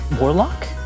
warlock